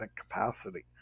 capacity